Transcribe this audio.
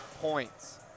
points